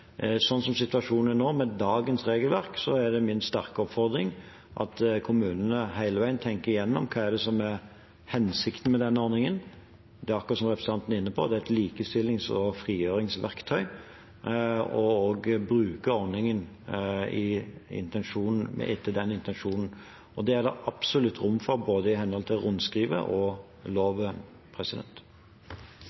kommunene hele veien tenker gjennom hva som er hensikten med denne ordningen – det er akkurat det som representanten var inne på, det er et likestillings- og frigjøringsverktøy – og også bruker ordningen etter den intensjonen. Det er det absolutt rom for i henhold til både rundskrivet og